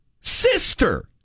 Sister